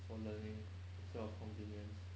for learning and instead of convenience